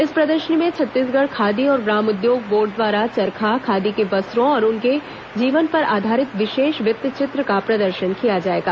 इस प्रदर्शनी में छत्तीसगढ़ खादी और ग्राम उद्योग बोर्ड द्वारा चरखा खादी के वस्त्रों और उनके जीवन पर आधारित विशेष वृत्त चित्र का प्रदर्शन किया जाएगा